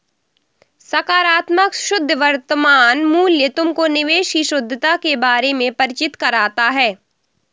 सकारात्मक शुद्ध वर्तमान मूल्य तुमको निवेश की शुद्धता के बारे में परिचित कराता है